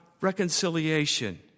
reconciliation